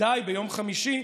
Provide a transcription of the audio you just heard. ובוודאי ביום חמישי,